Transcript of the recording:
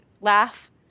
laugh